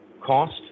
cost